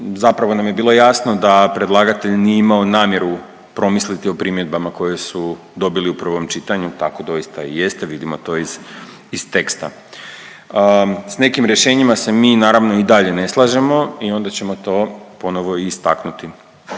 zapravo nam je bilo jasno da predlagatelj nije imao namjeru promisliti o primjedbama koje su dobili u prvom čitanju, tako doista i jeste vidimo to iz teksta. S nekim rješenjima se mi naravno i dalje ne slažemo i onda ćemo to ponovo i istaknut,